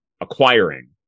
acquiring